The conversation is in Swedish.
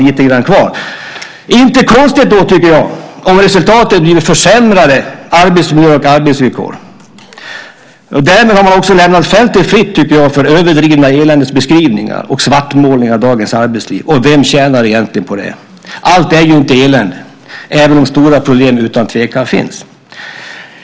Inte konstigt då, tycker jag, om resultatet blivit försämrade arbetsmiljöer och arbetsvillkor. Därmed har man också lämnat fältet fritt för överdrivna eländesbeskrivningar och svartmålningar av dagens arbetsliv. Vem tjänar egentligen på det? Allt är ju inte elände, även om stora problem utan tvekan finns.